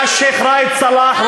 היה השיח' ראאד סלאח,